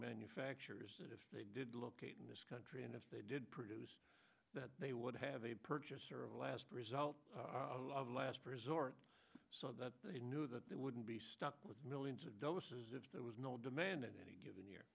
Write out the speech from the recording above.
manufacturers that if they did locate in this country and if they did produce that they would have a purchaser of last result of last resort so that they knew that they wouldn't be stuck with millions of dollars if there was no demand in any given year